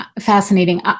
fascinating